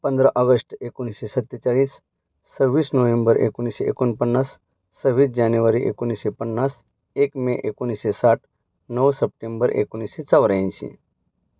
पंधरा ऑगस्ट एकोणीसशे सत्तेचाळीस सव्वीस नोव्हेंबर एकोणीसशे एकोणपन्नास सव्वीस जानेवारी एकोणीसशे पन्नास एक मे एकोणीसशे साठ नऊ सप्टेंबर एकोणीसशे चौऱ्याऐंशी